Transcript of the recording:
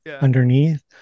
underneath